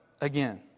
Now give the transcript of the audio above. again